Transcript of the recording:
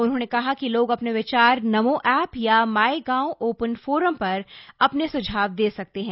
उन्होंने कहा कि लोग अपने विचार नमो ऐप या माय गॉव ओपन फोरम पर अपने सुझाव दे सकते हैं